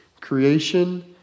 creation